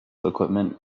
equipment